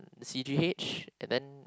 C_G_H